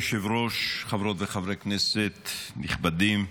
אדוני היושב-ראש, חברות וחברי כנסת נכבדים,